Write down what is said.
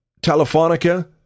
Telefonica